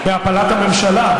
בהפלת הממשלה?